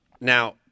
Now